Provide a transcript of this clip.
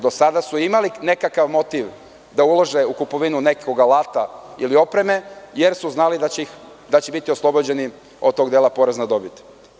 Do sada su imali nekakav motiv da ulože u kupovinu nekog alata ili opreme, jer su znali da će biti oslobođeni od tog dela poreza na dobit.